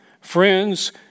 friends